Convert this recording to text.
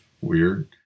weird